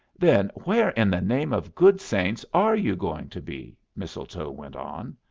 then where in the name of good saints are you going to be? mistletoe went on.